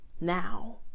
now